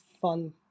fun